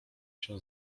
się